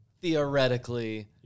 theoretically